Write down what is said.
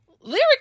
Lyric